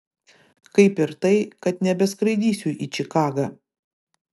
kaip ir tai kad nebeskraidysiu į čikagą